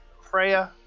Freya